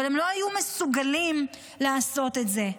אבל הם לא היו מסוגלים לעשות את זה.